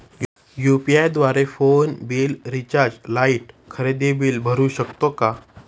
UPI द्वारे phone bill, recharge, light, खरेदी bill भरू शकतो का?